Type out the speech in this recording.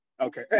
Okay